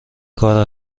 کار